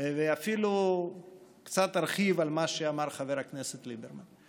ואפילו קצת ארחיב על מה שאמר חבר הכנסת ליברמן.